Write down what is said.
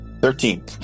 Thirteen